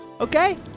Okay